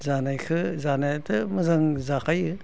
जानायखौ जानायाथ' मोजां जाखायो